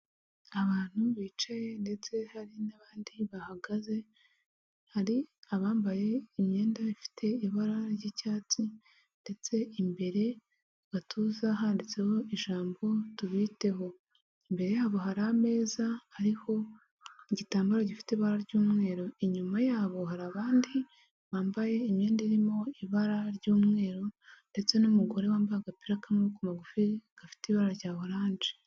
Abantu bicaye ndetse hari n'abandi bahagaze hari abambaye imyenda ifite ibara ry'icyatsi ndetse imbere mu gatuza handitseho ijambo '' tubiteho '' imbere yabo hari ameza ariho igitambaro gifite ibara ry'umweru inyuma yabo hari abandi bambaye imyenda irimo ibara ry'umweru ndetse n'umugore wambaye agapira k'amaboko ku magufi gafite ibara rya orange.